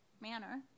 manner